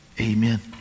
Amen